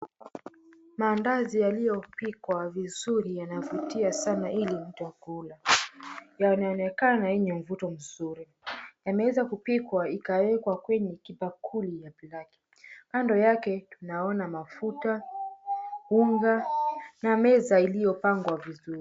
Maandazi yaliyopikwa vizuri yanavutia sana ili mtu kula yanaonekana yenye mvuto mzuri yameweza kupikwa na kuweka kwenye kibakuli cha black kando yake tunaona mafuta, unga na meza iliyopangwa vizuri.